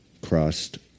crossed